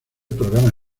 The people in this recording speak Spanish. programa